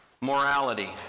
morality